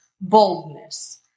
boldness